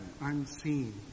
unseen